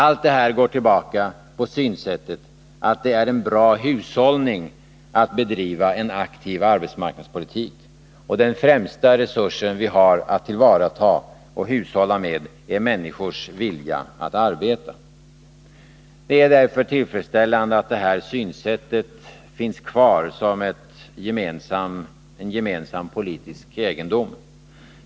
Allt detta går tillbaka på synsättet att det är en bra hushållning att bedriva en aktiv arbetsmarknadspolitik, och den främsta resurs som vi har att tillvarata och hushålla med är människors vilja att arbeta. Det är därför tillfredsställande att det här synsättet finns kvar som en gemensam politisk egendom.